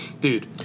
Dude